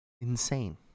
insane